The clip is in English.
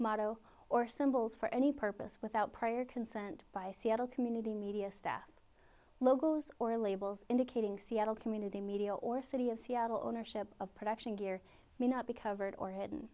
motto or symbols for any purpose without prior consent by seattle community media staff logos or labels indicating seattle community media or city of seattle ownership of production gear me not because or hidden